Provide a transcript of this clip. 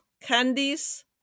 candies